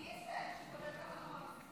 איזה מגניב חבר הכנסת